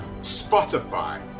Spotify